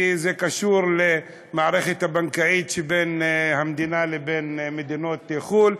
כי זה קשור למערכת הבנקאית שבין המדינה לבין מדינות חו"ל,